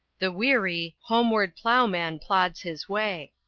the weary, homeward ploughman plods his way.